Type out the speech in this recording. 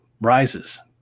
rises